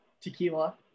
tequila